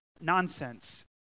nonsense